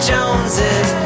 Joneses